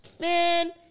man